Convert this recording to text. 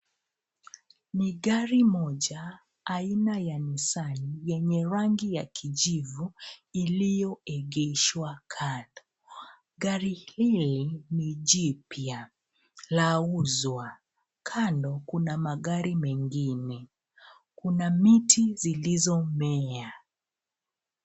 Ni gari moja aina ya Nissan yenye rangi ya kijivu iliyoegeshwa kando. Gari hili ni jipya. Lauzwa. Kando kuna magari mengine. Kuna miti zilizomea.